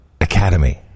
Academy